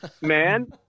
man